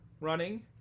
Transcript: running